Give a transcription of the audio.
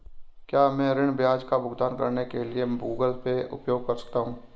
क्या मैं ऋण ब्याज का भुगतान करने के लिए गूगल पे उपयोग कर सकता हूं?